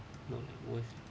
not like worse